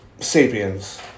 sapiens